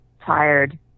Tired